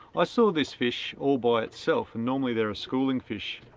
i saw this fish all by itself and normally they're a schooling fish.